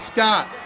Scott